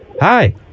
Hi